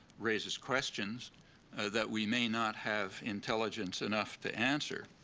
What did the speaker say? raises questions that we may not have intelligence enough to answer.